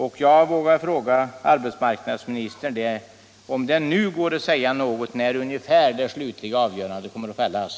Jag vågar också fråga arbetsmarknadsministern om det nu går att säga när ungefär det slutliga avgörandet kommer att fällas.